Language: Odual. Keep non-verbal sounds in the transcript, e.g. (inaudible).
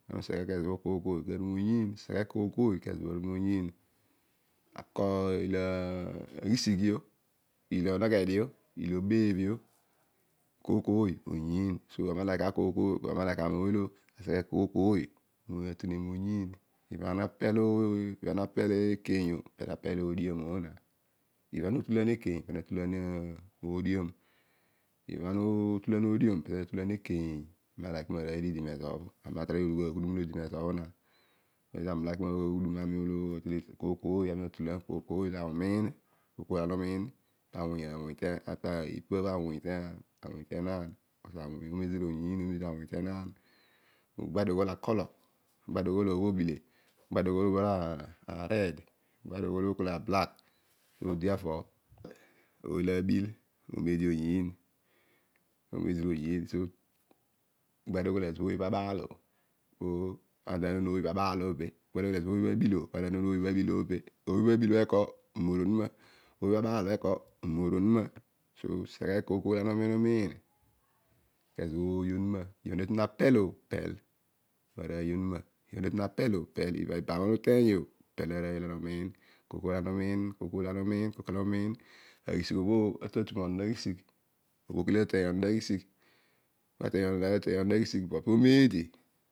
Seghe koiy koiy kesobho aru moyiin seghe kooy kooy kezo bho ara mo yiin ilo aghisighio ilo onghe dio ilo obebhio so ami na like gha mooy lo aseghe kooy kooy kezobho oyiin ibha ana pel ekeiy o pezo ana pel odiom obho aani ezobho ana utulan ekeiy pana otuln odiom. Ami alike ma rooy lo idi mezobho ami ulike maghum kooy kooy ami atulan, kooy kooy (unintelligible) pabho awuny kenaan agbadio oghol acolour ugbadio ghol obho obile ugbadio oghol obho ared ugbadio oghol oobho ablack oouezira oyiin ugbadio oghol ezobho ooy obho abaal a pana taamon ooy obho abaal obe ezobho ooy o abilo obho abilo umor onuma ooy obho abaal o umor onuma so seghe kooy kooy lana omiin kezobho arooy onuma olo ana tatue apel o pu pel. Iban ibha ana uteiy o aghisigh obho kooy kooy ateiy akere aghibigh but oomedi